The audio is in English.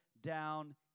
down